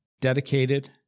dedicated